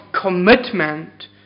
commitment